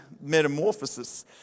metamorphosis